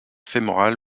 fémorale